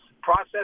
process